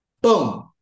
Boom